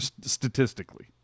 statistically